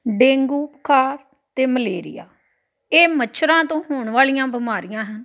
dengue ਬੁਖਾਰ ਅਤੇ malaria ਇਹ ਮੱਛਰਾਂ ਤੋਂ ਹੋਣ ਵਾਲੀਆਂ ਬਿਮਾਰੀਆਂ ਹਨ